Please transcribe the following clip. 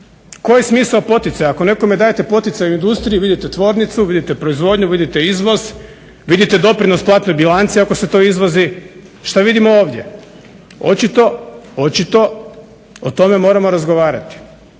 Koji je smisao poticaja? Ako nekome dajete poticaj u industriji, vidite tvornicu, vidite proizvodnju, vidite izvoz, vidite doprinos platnoj bilanci ako se to izvozi. Što vidimo ovdje? Očito o tome moramo razgovarati.